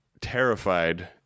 terrified